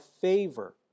favor